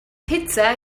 pizza